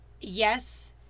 Yes